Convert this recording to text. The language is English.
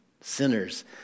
sinners